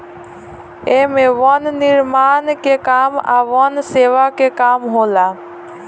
एमे वन निर्माण के काम आ वन सेवा के काम होला